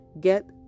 get